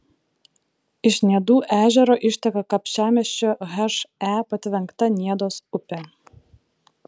iš niedų ežero išteka kapčiamiesčio he patvenkta niedos upė